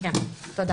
בבקשה.